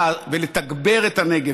ולתגבר את הנגב,